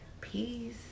peace